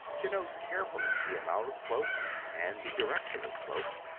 to note carefully the amount of slope and the direction of slope,